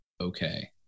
okay